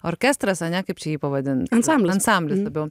orkestras ane kaip čia jį pavadint ansamblis ansamblis labiau